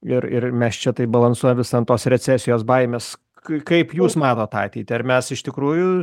ir ir mes čia taip balansuoja visa tos recesijos baimes kai kaip jūs matote ateitį ar mes iš tikrųjų